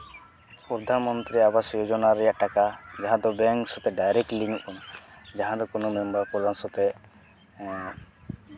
ᱯᱨᱚᱫᱷᱟᱱᱢᱚᱱᱛᱨᱤ ᱟᱵᱟᱥ ᱡᱳᱡᱚᱱᱟ ᱨᱮᱭᱟᱜ ᱴᱟᱠᱟ ᱡᱟᱦᱟᱸ ᱫᱚ ᱵᱮᱝᱠ ᱥᱟᱛᱮᱜ ᱰᱟᱭᱨᱮᱠᱴ ᱞᱤᱝᱠᱚᱜ ᱠᱟᱱᱟ ᱡᱟᱦᱟᱸ ᱫᱚ ᱠᱚᱱᱚ ᱢᱮᱢᱵᱟᱨ ᱯᱨᱚᱫᱷᱟᱱ ᱥᱟᱛᱮᱜ ᱮᱸᱜ